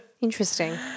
Interesting